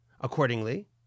Accordingly